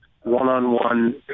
one-on-one